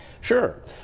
Sure